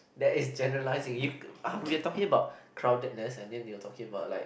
that is generalising you we're talking about crowdedness and then you're talking about like